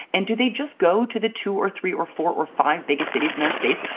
and do they just go to the two or three or four or five biggest cities in their states?